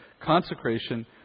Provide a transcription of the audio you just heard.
consecration